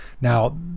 Now